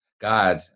God